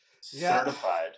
Certified